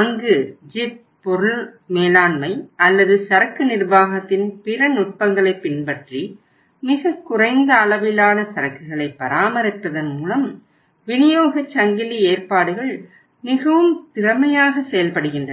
அங்கு JIT பொருள் மேலாண்மை அல்லது சரக்கு நிர்வாகத்தின் பிற நுட்பங்களைப் பின்பற்றி மிகக் குறைந்த அளவிலான சரக்குகளை பராமரிப்பதன் மூலம் விநியோகச் சங்கிலி ஏற்பாடுகள் மிகவும் திறமையாக செய்லபடுகின்றன